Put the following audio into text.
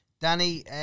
Danny